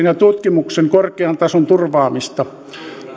ja tutkimuksen korkean tason turvaamista